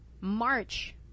March